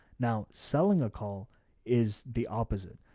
now selling a call is the opposite.